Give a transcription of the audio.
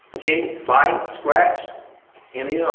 kick, bite, scratch any yeah